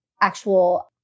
actual